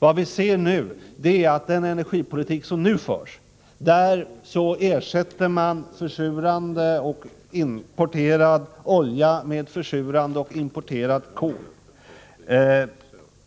Vad vi ser nu är att den energipolitik som förs ersätter försurande importerad olja med försurande importerat kol